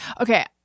Okay